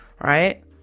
right